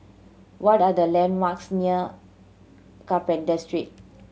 what are the landmarks near Carpenter Street